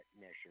measure